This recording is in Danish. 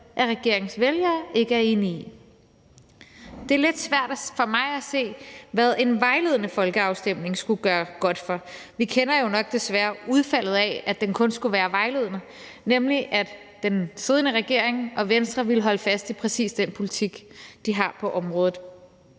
af regeringens vælgere ikke er enige i. Det er lidt svært for mig at se, hvad en vejledende folkeafstemning skulle gøre godt for. Vi kender jo nok desværre udfaldet af, at den kun skulle være vejledende, nemlig at den siddende regering og Venstre ville holde fast i præcis den politik, de har på området.